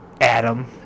Adam